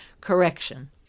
correction